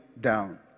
down